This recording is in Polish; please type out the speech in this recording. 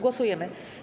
Głosujemy.